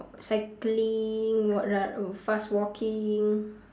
cycling what lah fast walking